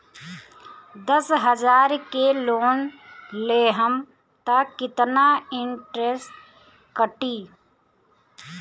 दस हजार के लोन लेहम त कितना इनट्रेस कटी?